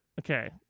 okay